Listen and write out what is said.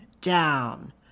down